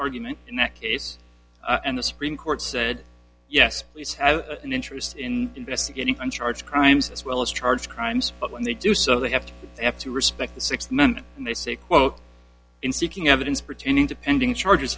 argument in that case and the supreme court said yes an interest in investigating and charge crimes as well as charge crimes but when they do so they have to have to respect the six men and they say quote in seeking evidence pertaining to pending charges